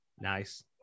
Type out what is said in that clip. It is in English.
Nice